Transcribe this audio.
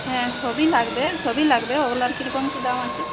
হ্যাঁ সবই লাগবে সবই লাগবে ওগুলোর কিরকম কি দাম আছে